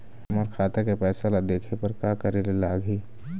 मोर खाता के पैसा ला देखे बर का करे ले लागही?